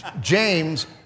James